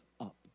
up